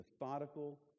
methodical